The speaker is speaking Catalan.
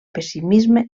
pessimisme